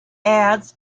ads